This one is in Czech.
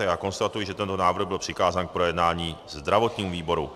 Já konstatuji, že tento návrh byl přikázán k projednání zdravotnímu výboru.